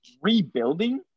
Rebuilding